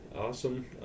awesome